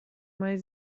mai